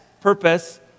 purpose